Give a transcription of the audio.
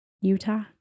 Utah